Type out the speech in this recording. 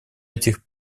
этих